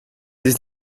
this